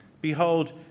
behold